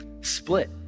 split